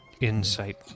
Insight